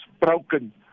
broken